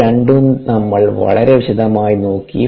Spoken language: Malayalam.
ഇവ രണ്ടും നമ്മൾ വളരെ വിശദമായി നോക്കി